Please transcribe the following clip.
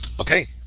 Okay